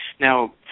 Now